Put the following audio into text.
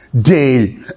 day